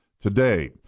today